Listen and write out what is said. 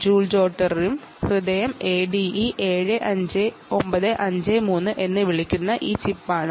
joule ജോട്ടറിന്റെയ ഹൃദയം ADE 7953 എന്ന് വിളിക്കുന്ന ഈ ചിപ്പാണ്